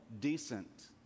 decent